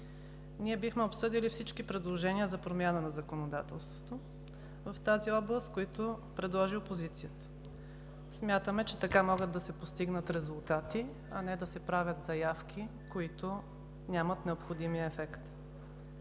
Ние бихме обсъдили всички предложения за промяна на законодателството в тази област, които предложи опозицията. Смятаме, че така могат да се постигнат резултати, а не да се правят заявки, които нямат необходимия ефект.